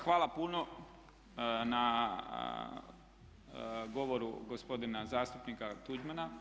Hvala puno na govoru gospodina zastupnika Tuđmana.